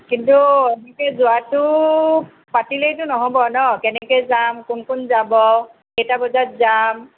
কিন্তু নিজে যোৱাটো পাতিলেইতো নহ'ব ন' কেনেকৈ যাব কোন কোন যাব কেইটা বজাত যাম